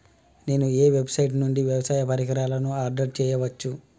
నేను ఏ వెబ్సైట్ నుండి వ్యవసాయ పరికరాలను ఆర్డర్ చేయవచ్చు?